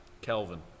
Kelvin